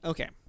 Okay